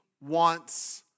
wants